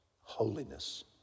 holiness